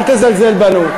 אל תזלזל בנו.